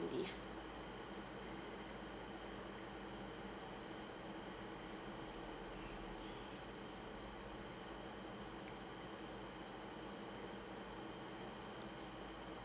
to leave